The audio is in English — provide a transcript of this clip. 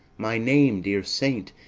my name, dear saint,